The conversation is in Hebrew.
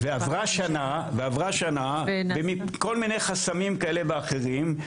ועברה שנה וכל מיני חסמים כאלה ואחרים,